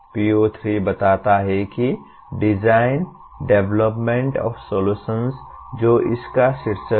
PO3 बताता है कि डिजाइन डेवलपमेंट ऑफ़ सोलूशन्स जो इस का शीर्षक है